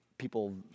people